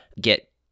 get